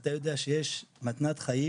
ואתה יודע שיש מתנת חיים